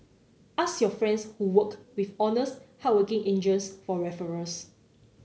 ask your friends who work with honest hardworking agents for referrals